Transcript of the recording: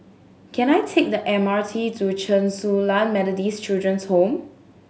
can I take the M R T to Chen Su Lan Methodist Children's Home